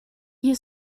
you